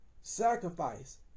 Sacrifice